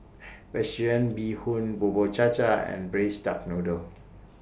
Vegetarian Bee Hoon Bubur Cha Cha and Braised Duck Noodle